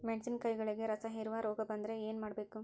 ಮೆಣಸಿನಕಾಯಿಗಳಿಗೆ ರಸಹೇರುವ ರೋಗ ಬಂದರೆ ಏನು ಮಾಡಬೇಕು?